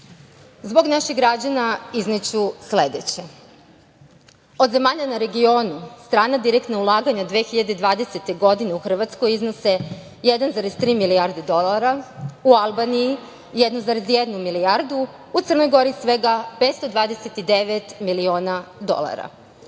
naših građana, izneću sledeće. Od zemalja u regionu, strana direktna ulaganja 2020. godine u Hrvatskoj iznose 1,3 milijarde dolara, u Albaniji 1,1 milijardu, u Crnoj Gori svega 529 miliona dolara. Sve